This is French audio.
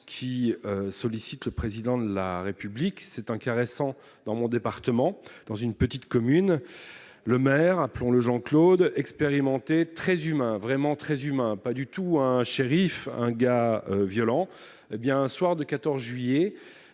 qui sollicite le président de la République, c'est un cas récent dans mon département, dans une petite commune, le maire, rappelons-le, Jean-Claude expérimentés, très humain, vraiment très humain, pas du tout un shérif un gars violent bien un soir de 14 juillet